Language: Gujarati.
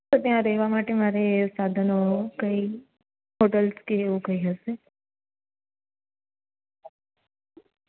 તો ત્યાં રહેવા માટે મારે સાધનો કઈ હોટલ્સ કે એવું કંઈ હશે